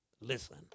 Listen